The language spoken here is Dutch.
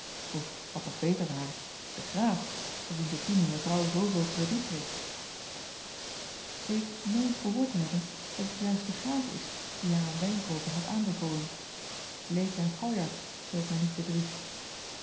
of wat nog beter ware den raaf voor wiens opinie evrouw zooveel krediet heeft k meen gehoord te hebben dat het juist de raaf is die haar een wijnkooper had aanbevolen leek en aljart zoo ik mij niet bedrieg